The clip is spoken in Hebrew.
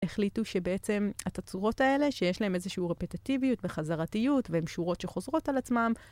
החליטו שבעצם התצורות האלה, שיש להן איזושהי רפטטיביות וחזרתיות והן שורות שחוזרות על עצמם